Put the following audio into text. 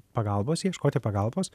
pagalbos ieškoti pagalbos